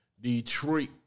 Detroit